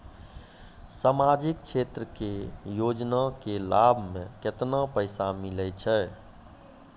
समाजिक क्षेत्र के योजना के लाभ मे केतना पैसा मिलै छै?